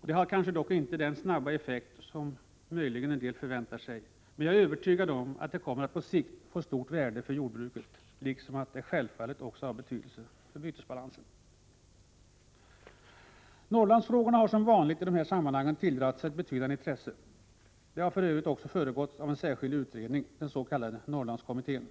Det har kanske dock inte den snabba effekt som en del möjligen förväntar sig, men jag är övertygad om att det kommer att på sikt få stort värde för jordbruket liksom att det självfallet också har betydelse för bytesbalansen. Norrlandsfrågorna har som vanligt i dessa sammanhang tilldragit sig ett betydande intresse. Förslagen i dessa frågor har för övrigt också föregåtts av en särskild utredning, den s.k. Norrlandskommittén.